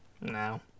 No